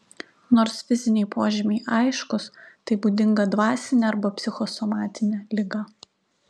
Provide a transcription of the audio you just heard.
nors fiziniai požymiai aiškūs tai būdinga dvasinė arba psichosomatinė liga